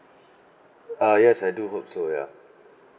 uh yes I do hope so ya